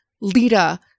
Lita